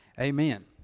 amen